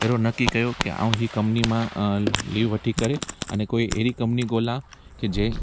हेरो नकी कयो के ऐं हीअ कंपनी मां हीअ वठी करे अने कोई आहिड़ी कंपनी ॻोल्हा के जंहिं